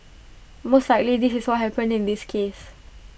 most likely this is what happened in this case